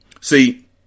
See